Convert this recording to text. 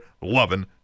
loving